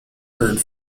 heard